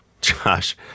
Josh